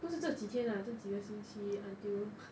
不是这几天 lah 这几个星期 until